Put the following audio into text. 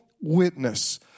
witness